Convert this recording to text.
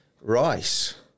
Rice